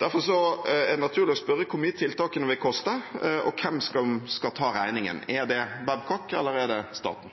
Derfor er det naturlig å spørre hvor mye tiltakene vil koste, og hvem som skal ta regningen. Er det Babcock, eller er det staten?